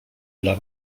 dla